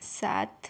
सात